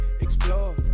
explore